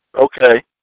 Okay